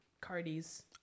Cardi's